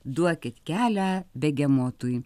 duokit kelią begemotui